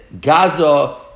Gaza